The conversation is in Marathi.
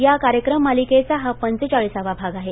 या कार्यक्रम मालिकेचा हा पंचेचाळीसावा भाग आहे